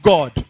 God